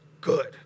good